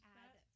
add